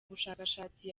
bushakashatsi